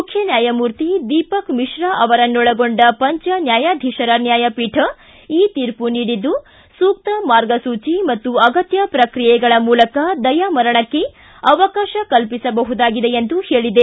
ಮುಖ್ಯನ್ಹಾಯಮೂರ್ತಿ ದೀಪಕ್ ಮಿಶ್ರಾ ಅವರನ್ನೊಳಗೊಂಡ ಪಂಜ ನ್ಹಾಯಾಧೀಶರ ನ್ಹಾಯಪೀಠ ಈ ತೀರ್ಪು ನೀಡಿದ್ದು ಸೂಕ್ತ ಮಾರ್ಗಸೂಚಿ ಮತ್ತು ಅಗತ್ತ ಪ್ರಕ್ರಿಯೆಗಳ ಮೂಲಕ ದಯಾಮರಣಕ್ಕೆ ಅವಕಾಶ ಕಲ್ಪಿಸಬಹುದಾಗಿದೆ ಎಂದು ಹೇಳಿದೆ